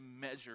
measure